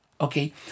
Okay